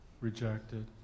rejected